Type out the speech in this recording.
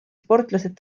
sportlased